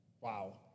wow